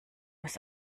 muss